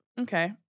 Okay